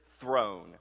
throne